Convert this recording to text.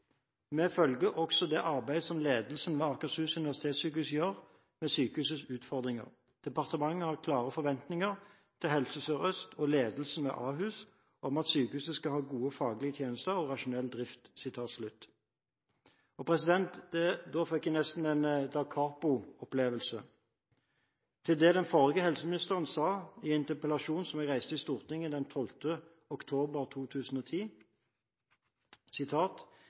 «Vi følger også det arbeidet som ledelsen ved Akershus universitetssykehus gjør med sykehusets utfordringer. Departementet har klare forventninger til Helse Sør-Øst og ledelsen ved Ahus, om at sykehuset skal ha gode faglige tjenester og rasjonell drift.» Da fikk jeg nesten en dakapo-opplevelse i forhold til det den forrige helseministeren svarte på interpellasjonen som jeg reiste i Stortinget den 12. oktober 2010: